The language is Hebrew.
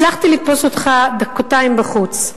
הצלחתי לתפוס אותך דקתיים בחוץ,